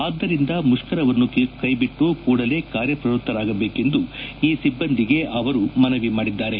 ಆದ್ದರಿಂದ ಮುಷ್ಕರವನ್ನು ಕೈಬಿಟ್ಟು ಕೂಡಲೇ ಕಾರ್ಯಪ್ರವೃತ್ತಿರಾಗಬೇಕೆಂದು ಈ ಸಿಬ್ಬಂದಿಗೆ ಅವರು ಮನವಿ ಮಾಡಿದ್ದಾರೆ